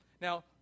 Now